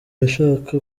yashaka